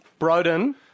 Broden